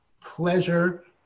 pleasure